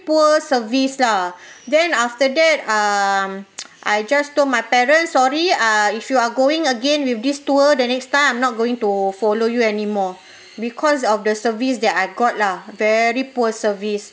poor service lah then after that um I just told my parents sorry ah if you are going again with this tour then next time I'm not going to follow you anymore because of the service that I got lah very poor service